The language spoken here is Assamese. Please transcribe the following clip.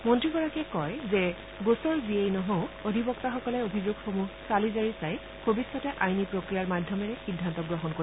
মন্নীগৰাকীয়ে কয় যে গোচৰ যিয়েই নহওক অধিবক্তাসকলে অভিযোগসমূহ চালি জাৰি চাই ভৰিষ্যতে আইনী প্ৰক্ৰিয়াৰ মাধ্যমেৰে সিদ্ধান্ত গ্ৰহণ কৰিব